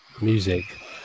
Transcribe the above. Music